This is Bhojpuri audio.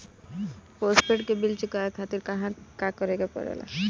पोस्टपैड के बिल चुकावे के कहवा खातिर का करे के पड़ें ला?